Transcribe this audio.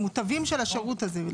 המוטבים של השירות הזה.